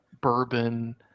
bourbon